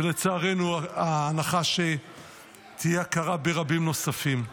ולצערנו, ההנחה היא שתהיה הכרה ברבים נוספים.